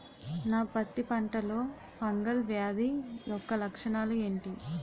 నా పత్తి పంటలో ఫంగల్ వ్యాధి యెక్క లక్షణాలు ఏంటి?